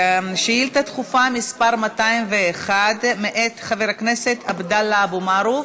שאילתה דחופה מס' 201 מאת חבר הכנסת עבדאללה אבו מערוף,